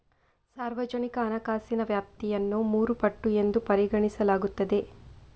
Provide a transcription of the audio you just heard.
ಸಾರ್ವಜನಿಕ ಹಣಕಾಸಿನ ವ್ಯಾಪ್ತಿಯನ್ನು ಮೂರು ಪಟ್ಟು ಎಂದು ಪರಿಗಣಿಸಲಾಗುತ್ತದೆ